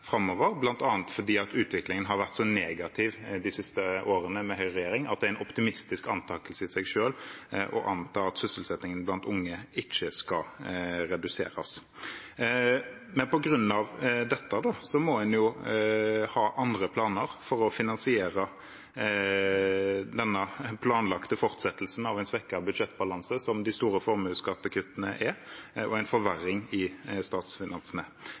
framover, bl.a. fordi utviklingen har vært så negativ de siste årene med høyreregjering at det er en optimistisk antakelse i seg selv å anta at sysselsettingen blant unge ikke skal reduseres. Men på grunn av dette må en jo ha andre planer for å finansiere denne planlagte fortsettelsen av en svekket budsjettbalanse, som de store formuesskattekuttene er, og en forverring i statsfinansene.